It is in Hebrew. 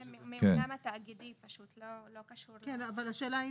זה פשוט לא קשור --- כן, אבל השאלה היא,